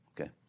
Okay